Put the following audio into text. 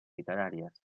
literàries